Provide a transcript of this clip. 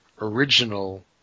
original